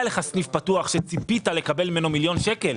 לך סניף פתוח שציפית לקבל ממנו מיליון שקל.